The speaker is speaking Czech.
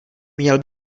měl